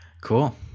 cool